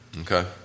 Okay